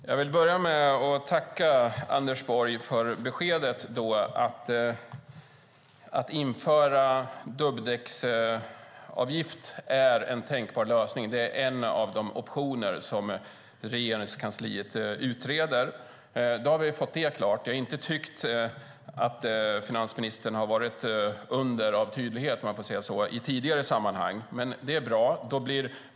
Herr talman! Jag vill börja med att tacka Anders Borg för beskedet. Att införa dubbdäcksavgift är en tänkbar lösning. Det är ett av de alternativ som Regeringskansliet utreder. Då har vi fått det klart. Jag har inte tyckt att finansministern har varit ett under av tydlighet, om man får säga så, i tidigare sammanhang. Men detta är bra.